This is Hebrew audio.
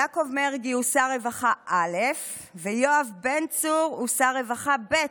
יעקב מרגי הוא שר רווחה א' ויואב בן צור הוא שר רווחה ב',